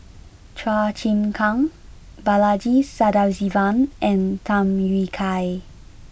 Chua Chim Kang Balaji Sadasivan and Tham Yui Kai